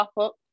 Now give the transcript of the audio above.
up